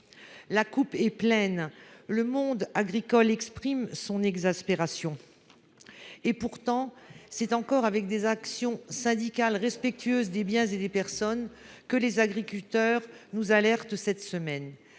La coupe est pleine ; le monde agricole exprime son exaspération. Et notons que c’est encore par des actions syndicales respectueuses des biens et des personnes que les agriculteurs nous alertent cette semaine.